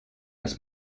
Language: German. dass